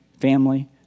family